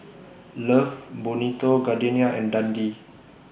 Love Bonito Gardenia and Dundee